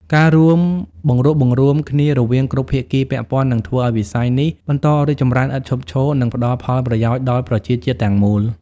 ការរួមបង្រួបបង្រួមគ្នារវាងគ្រប់ភាគីពាក់ព័ន្ធ នឹងធ្វើឱ្យវិស័យនេះបន្តរីកចម្រើនឥតឈប់ឈរ និងផ្ដល់ផលប្រយោជន៍ដល់ប្រជាជាតិទាំងមូល។